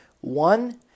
One